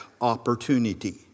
opportunity